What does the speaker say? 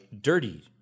dirty